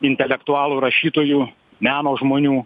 intelektualų rašytojų meno žmonių